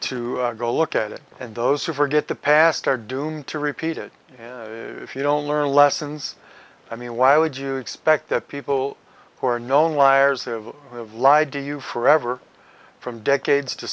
to go look at it and those who forget the past are doomed to repeat it and if you don't learn lessons i mean why would you expect that people who are known liars of you have lied to you forever from decades to